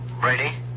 Brady